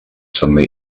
suddenly